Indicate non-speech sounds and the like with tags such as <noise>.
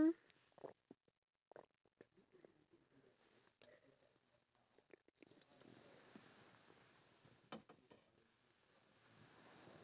cause you you're dealing with an ageing population and it's not easy because you need to cater to them <breath> and majority of them can't pay the hospital bills so